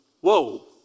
whoa